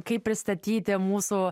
kaip pristatyti mūsų